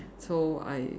so I